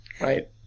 Right